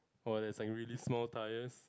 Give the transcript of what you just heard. or there's like really small tyres